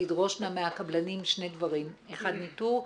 תדרושנה מהקבלנים שני דברים ניתור מעקב,